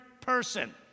person